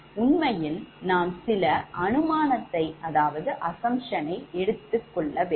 உண்மையில் நாம் சில அனுமானத்தை எடுக்க வேண்டும்